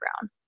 Brown